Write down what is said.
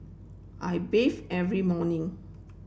I bathe every morning